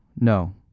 no